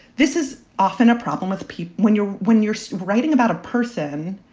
this is often a problem with people when you're when you're writing about a person.